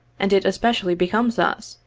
and it especially becomes us,